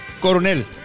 Coronel